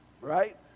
right